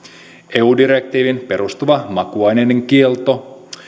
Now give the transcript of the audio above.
eu direktiiviin perustuva makuaineiden kielto